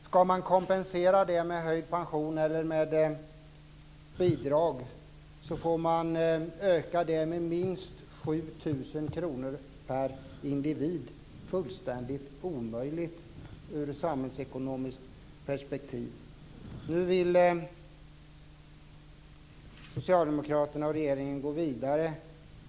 Ska man kompensera det med höjd pension eller med bidrag får man öka dem med minst 7 000 kr per individ. Det är fullständigt omöjligt ur samhällsekonomiskt perspektiv. Nu vill socialdemokraterna och regeringen gå vidare.